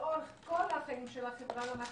לאורך כל החיים של החברה למתנ"סים,